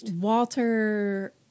Walter